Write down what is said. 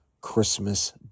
Christmas